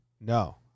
No